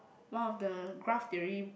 one of the graph theory